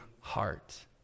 heart